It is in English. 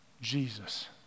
Jesus